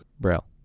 Braille